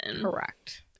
correct